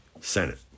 Senate